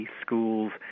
schools